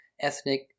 ethnic